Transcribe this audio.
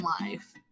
life